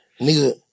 Nigga